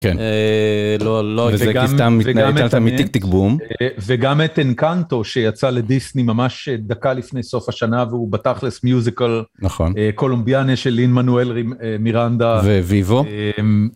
כן... וגם את אנקאנטו שיצא לדיסני ממש דקה לפני סוף השנה, והוא בתכלס מיוזיקל קולומביאני של לין מנואל מירנדה, וויבו.